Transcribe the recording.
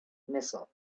missile